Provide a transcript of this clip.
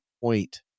point